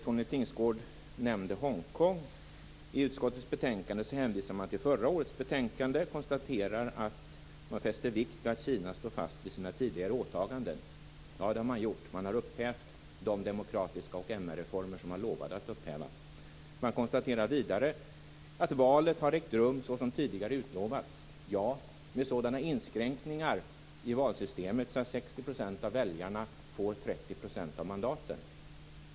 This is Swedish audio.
Tone Tingsgård nämnde Hongkong. I utskottets betänkande hänvisar man till förra årets betänkande och konstaterar att man fäster vikt vid att Kina står fast vid sina tidigare åtaganden. Ja, det har man gjort. Man har upphävt de demokratiska reformer och MR reformer som man lovade att upphäva. Man konstaterar vidare att valet har ägt rum, såsom tidigare utlovats. Ja, men det har skett med sådana inskränkningar i valsystemet att 60 % av väljarna fått 30 % av mandaten.